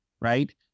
right